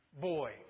boy